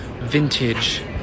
vintage